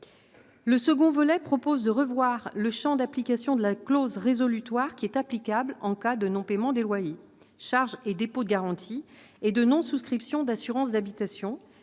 Le second volet redéfinit le champ d'application de la clause résolutoire, qui est applicable en cas de non-paiement des loyers, charges et dépôt de garantie, de non-souscription d'assurance d'habitation